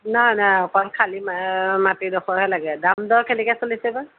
নাই নাই অকণ খালী মাটিডোখৰহে লাগে দাম দৰ কেনেকৈ চলিছে বা